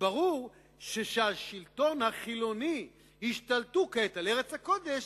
"ברור שהשלטון החילוני השתלטו כעת על ארץ הקודש,